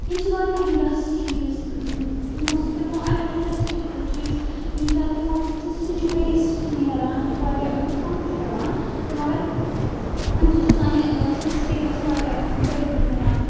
ییٚتہِ چھِ واریاہ اِنڈَسٹریٖز یِمو تِمو اَڈیو اِنڈَسٹریٖز یِم چھ تِمو سُہ تہِ چھُ ویسٹ تہِ نیران واریاہ نُقصان تہِ چھُ پیٚوان تہٕ مگر اَمہِ سۭتۍ چھُ سانہِ سٲنِس سِٹیٹَس واریاہ فٲیدٕ تہِ مِلان